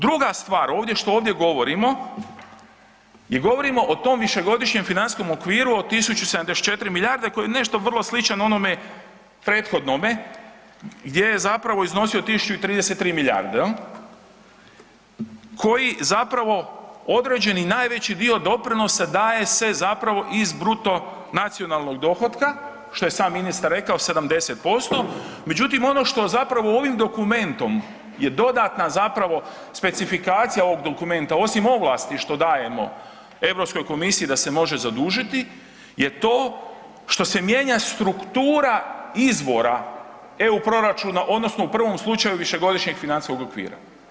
Druga stvar, ovdje što ovdje govorimo je govorimo o tom višegodišnjem financijskom okviru o tisuću 74 milijarde koji je nešto vrlo sličan onome prethodnome gdje je zapravo iznosio tisuću i 33 milijarde koji zapravo određeni najveći dio doprinosa daje se zapravo iz bruto nacionalnog dohotka, što je sam ministar rekao 70% međutim ono što zapravo ovim dokumentom je dodatna specifikacija ovog dokumenta osim ovlasti što dajemo Europskoj komisiji da se može zadužiti je to što se mijenja struktura izvora eu proračuna odnosno u prvom slučaju višegodišnjeg financijskog okvira.